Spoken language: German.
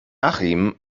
achim